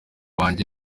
wanjye